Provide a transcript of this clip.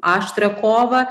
aštrią kovą